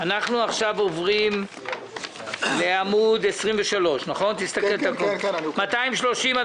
אנחנו עוברים לעמוד 23, פניות מס' 230 234